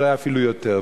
אולי אפילו יותר,